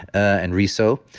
and riso,